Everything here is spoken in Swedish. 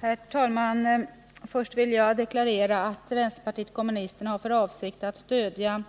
Herr talman! Först vill jag deklarera att vänsterpartiet kommunisterna har för avsikt att stödja